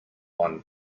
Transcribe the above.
one